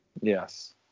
Yes